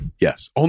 yes